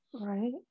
Right